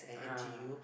(uh huh)